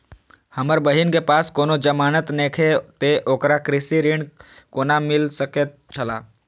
हमर बहिन के पास कोनो जमानत नेखे ते ओकरा कृषि ऋण कोना मिल सकेत छला?